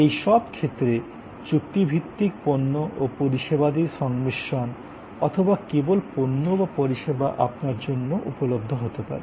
এই সব ক্ষেত্রে চুক্তিভিত্তিক পণ্য ও পরিষেবাদির সংমিশ্রণ অথবা কেবল পণ্য বা পরিষেবা আপনার জন্য উপলব্ধ হতে পারে